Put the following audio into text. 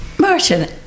Martin